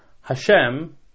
Hashem